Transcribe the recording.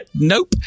Nope